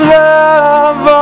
love